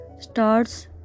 starts